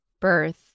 birth